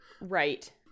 Right